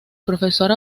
profesor